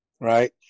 right